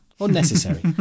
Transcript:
Unnecessary